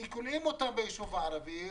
כי כולאים אותם בישוב הערבי,